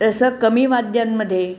असं कमी वाद्यांमध्ये